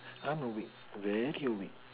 !huh! no wait very clear only